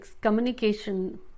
communication